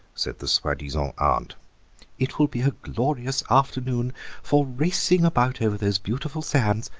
said the soi-disant aunt it will be a glorious afternoon for racing about over those beautiful sands.